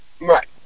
Right